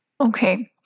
Okay